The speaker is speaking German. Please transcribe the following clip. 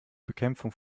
bekämpfung